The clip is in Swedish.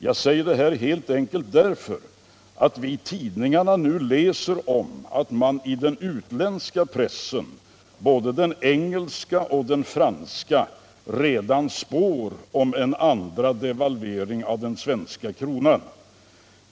Jag säger det här helt enkelt därför att vi ju i tidningarna läser om att man i den utländska pressen, både i den engelska och i den franska, redan spår om den andra devalveringen av den svenska kronan.